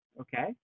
Okay